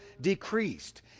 decreased